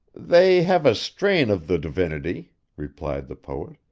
they have a strain of the divinity replied the poet.